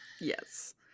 yes